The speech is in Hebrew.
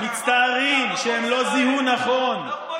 הם מצטערים שהם לא זיהו נכון.